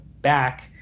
back